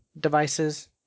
devices